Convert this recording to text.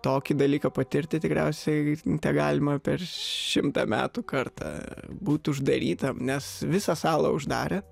tokį dalyką patirti tikriausiai tegalima per šimtą metų kartą būt uždarytam nes visą salą uždarė